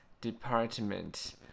Department